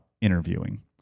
interviewing